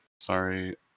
sorry